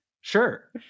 Sure